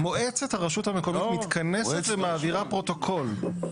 מועצת הרשות המקוימת מתכנסת ומעבירה פרוטוקול.